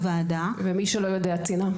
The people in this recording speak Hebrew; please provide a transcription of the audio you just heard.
ומי שלא יודע, צינה?